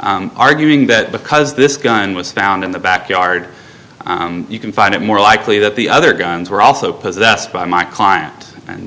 arguing that because this gun was found in the backyard you can find it more likely that the other guns were also possessed by my client and